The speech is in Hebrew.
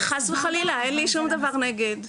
חס וחלילה אין לי שום דבר נגד,